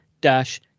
dash